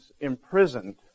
imprisoned